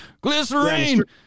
glycerine